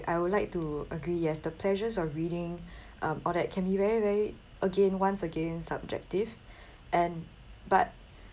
I would like to agree yes the pleasures of reading um all that can be very very again once again subjective and but